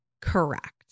Correct